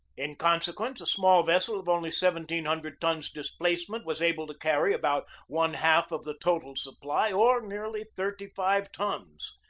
in consequence a small vessel of only seventeen hundred tons displacement was able to carry about one-half of the total supply, or nearly thirty-five tons.